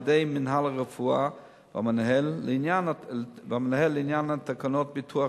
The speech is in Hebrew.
על-ידי מינהל הרפואה והמנהל לעניין תקנות ביטוח